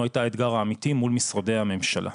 הייתה האתגר האמיתי מול משרדי הממשלה.